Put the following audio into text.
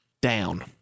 down